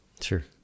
sure